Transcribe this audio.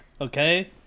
okay